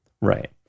Right